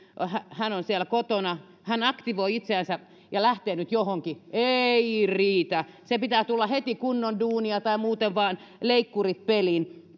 ja on siellä kotona aktivoi itseänsä ja lähtee johonkin niin se ei riitä pitää tulla heti kunnon duunia tai muuten leikkurit vaan peliin